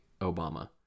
Obama